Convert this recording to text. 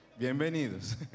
Bienvenidos